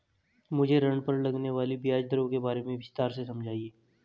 मुझे ऋण पर लगने वाली ब्याज दरों के बारे में विस्तार से समझाएं